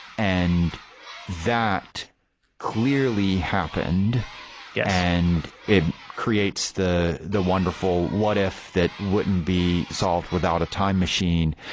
and that clearly happened yeah and it creates the the wonderful what if that wouldn't be solved without a time machine,